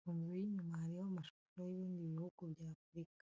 Ku nzu y’inyuma hariho amashusho y’ibindi bihugu by’Afurika.